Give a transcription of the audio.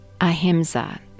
ahimsa